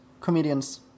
comedians